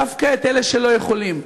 דווקא את אלה שלא יכולים,